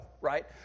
right